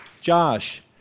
Josh